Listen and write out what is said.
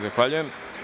Zahvaljujem.